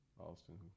Austin